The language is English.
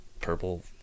purple